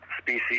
species